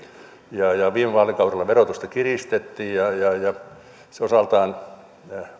viime vaalikaudella verotusta kiristettiin ja ja se osaltaan